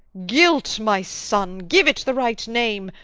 guilt, my son give it the right name.